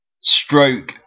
stroke